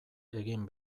egin